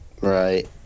Right